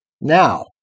Now